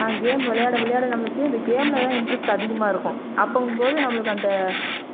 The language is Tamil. நான் கேம் விளையாட விளையாட நம்மளுக்கு அந்த கேமில் தான் இன்ட்ரெஸ்ட் அதிகமாக இருக்கும் அப்பவும் போது நம்மளுக்கு அந்த